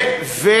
אדוני.